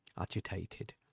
agitated